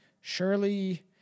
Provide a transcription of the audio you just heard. Surely